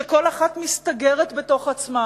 שכל אחת מסתגרת בתוך עצמה,